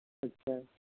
اچھا